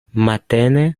matene